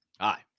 Hi